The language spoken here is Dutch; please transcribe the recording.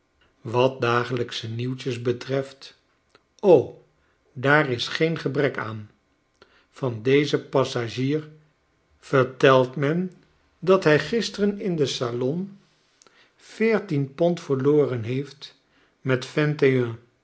wat dagelijksche nieuwtjes betreft o daar is geen gebrek aan van dezen passagier vertelt men dat hij gister in het salon veertien pond verloren heeft met